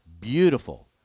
beautiful